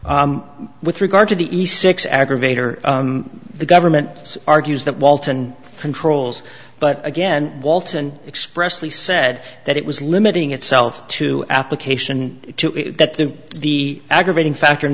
with regard to the e six aggravator the government argues that walton controls but again walton expressly said that it was limiting itself to application to that the the aggravating factor in